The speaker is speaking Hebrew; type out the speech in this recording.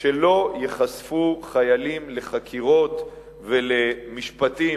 שלא ייחשפו חיילים לחקירות ולמשפטים,